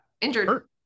injured